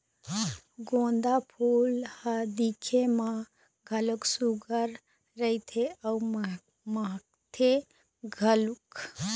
गोंदा फूल ह दिखे म घलोक सुग्घर रहिथे अउ महकथे घलोक